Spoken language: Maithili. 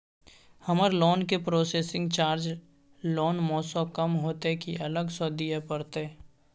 हमर लोन के प्रोसेसिंग चार्ज लोन म स कम होतै की अलग स दिए परतै?